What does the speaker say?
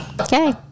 Okay